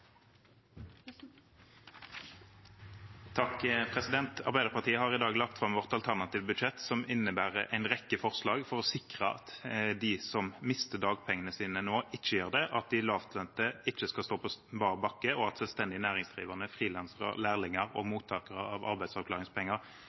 Arbeiderpartiet har i dag lagt fram vårt alternative budsjett, som innebærer en rekke forslag for å sikre at de som mister dagpengene sine nå, ikke gjør det, at de lavtlønte ikke skal stå på bar bakke, og at selvstendig næringsdrivende, frilansere, lærlinger og